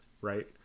right